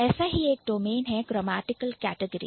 ऐसा ही एक डोमेन है Grammatical Category ग्रामेटिकल कैटेगरी